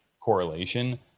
correlation